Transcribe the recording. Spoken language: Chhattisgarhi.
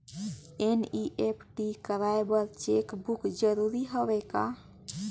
एन.ई.एफ.टी कराय बर चेक बुक जरूरी हवय का?